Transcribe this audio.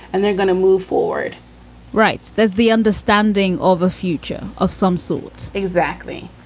and they're going to move forward right. there's the understanding of a future of some sort. exactly.